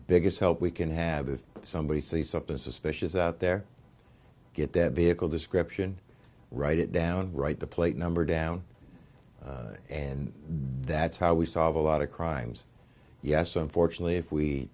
biggest help we can have if somebody sees something suspicious out there get that vehicle description write it down write the plate number down and that's how we solve a lot of crimes yes unfortunately if we